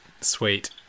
Sweet